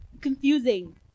confusing